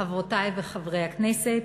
חברותי וחברי הכנסת,